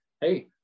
Hey